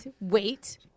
wait